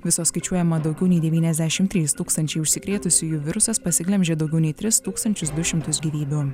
visos skaičiuojama daugiau nei devyniasdešim trys tūkstančiai užsikrėtusiųjų virusas pasiglemžė daugiau nei tris tūkstančius du šimtus gyvybių